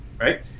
right